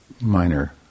minor